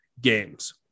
games